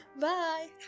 Bye